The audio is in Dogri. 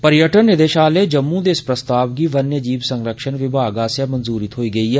पर्यटन निदेशालय जम्मू दे इस प्रस्ताव गी वन्यजीव संरक्षण विभाग आस्सेआ मंजूरी थ्होई गेई ऐ